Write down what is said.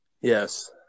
Yes